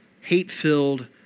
hate-filled